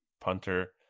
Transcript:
punter